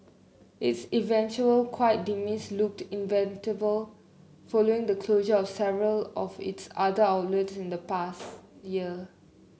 its eventual quiet demise looked following the closure of several of its other outlet in the past year